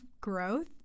growth